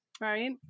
right